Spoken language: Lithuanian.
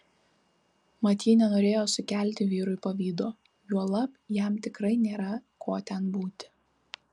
mat ji nenorėjo sukelti vyrui pavydo juolab jam tikrai nėra ko ten būti